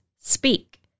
Speak